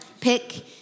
Pick